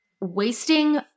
Wasting